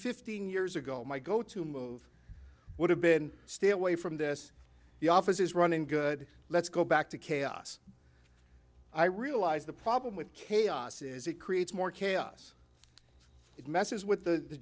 fifteen years ago my go to move would have been stay away from this the office is running good let's go back to chaos i realize the problem with chaos is it creates more chaos it messes with the